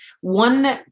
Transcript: One